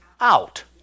out